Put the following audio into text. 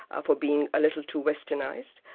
ah for being a little too westernised,